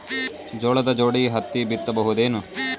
ಜೋಳದ ಜೋಡಿ ಹತ್ತಿ ಬಿತ್ತ ಬಹುದೇನು?